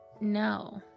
No